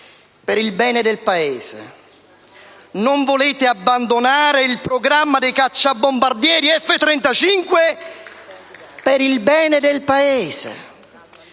Per il bene del Paese. Non volete abbandonare il programma dei cacciabombardieri F-35, per il bene del Paese